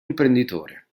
imprenditore